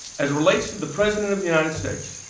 as relates to the president of united states